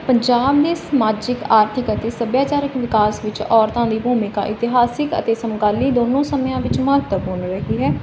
ਪੰਜਾਬ ਦੇ ਸਮਾਜਿਕ ਆਰਥਿਕ ਅਤੇ ਸਭਿਆਚਾਰਕ ਵਿਕਾਸ ਵਿੱਚ ਔਰਤਾਂ ਦੀ ਭੂਮਿਕਾ ਇਤਿਹਾਸਿਕ ਅਤੇ ਸਮਕਾਲੀ ਦੋਨੋਂ ਸਮਿਆਂ ਵਿੱਚ ਮਹੱਤਵਪੂਰਨ ਰਹੀ ਹੈ ਔਰਤਾਂ ਨੇ ਆਪਣੇ ਅਦਾਨ ਪ੍ਰਦਾਨ ਸਮਰਥਨ ਅਤੇ ਪ੍ਰਬੰਧਨ ਦੇ ਰੂਪ